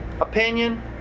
opinion